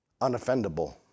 unoffendable